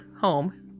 home